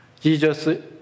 Jesus